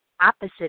opposite